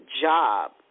job